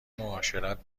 معاشرت